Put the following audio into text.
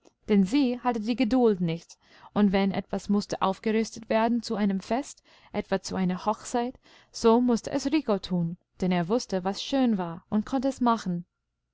denn sie hatte die geduld nicht und wenn etwas mußte aufgerüstet werden zu einem fest etwa zu einer hochzeit so mußte es rico tun denn er wußte was schön war und konnte es machen